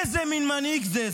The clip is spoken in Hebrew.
איזה מין מנהיג זה?